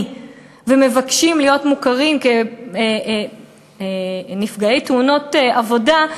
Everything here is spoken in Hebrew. ומבקשים להיות מוכרים כנפגעי תאונות עבודה,